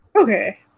Okay